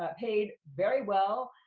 ah paid very well.